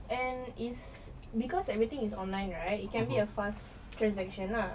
and is because everything is online right it can be a fast transaction lah